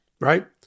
Right